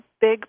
big